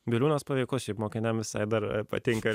biliūnas paveikus šiaip mokiniam visai dar patinka